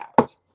out